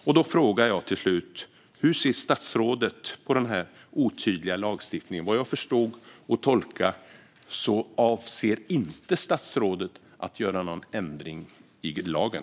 Därför frågar jag till slut: Hur ser statsrådet på den här otydliga lagstiftningen? Som jag förstår och tolkar det avser statsrådet inte att göra någon ändring i lagen.